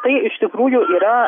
tai iš tikrųjų yra